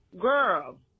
girl